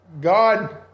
God